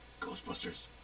Ghostbusters